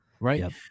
Right